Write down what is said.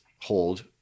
hold